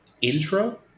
intro